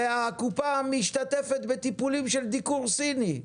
והקופה משתתפת בטיפולים של דיקור סיני.